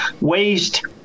Waste